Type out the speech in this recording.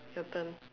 your turn